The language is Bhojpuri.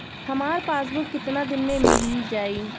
हमार पासबुक कितना दिन में मील जाई?